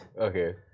Okay